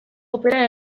opera